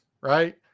right